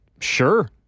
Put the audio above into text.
Sure